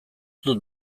dut